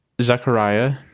Zechariah